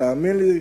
תאמין לי,